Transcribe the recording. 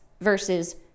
versus